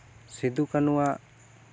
Sidhu ᱠᱟᱱᱩᱣᱟᱜ